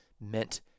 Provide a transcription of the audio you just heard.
meant